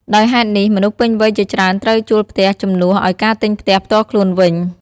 ដោយហេតុនេះ មនុស្សពេញវ័យជាច្រើនត្រូវជួលផ្ទះជំនួសឱ្យការទិញផ្ទះផ្ទាល់ខ្លួនវិញ។